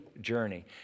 journey